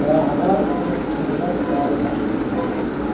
তারা আবার ফের পুনরায় খড় ঘাস খেতে লাগলো